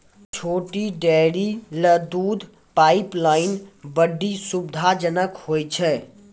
छोटो डेयरी ल दूध पाइपलाइन बड्डी सुविधाजनक होय छै